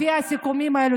לפי הסיכומים האלה,